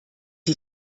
die